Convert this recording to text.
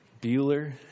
Bueller